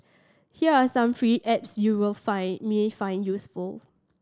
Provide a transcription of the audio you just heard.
here are some free apps you will find may find useful